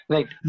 Right